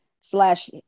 Slash